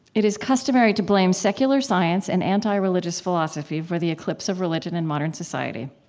it is customary to blame secular science and anti-religious philosophy for the eclipse of religion in modern society.